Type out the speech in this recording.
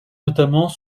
notamment